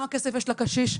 כמה כסף יש לקשיש,